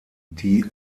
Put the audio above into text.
die